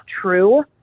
true